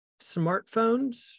smartphones